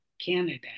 Canada